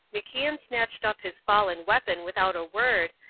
macian snatched up his fallen weapon without a word,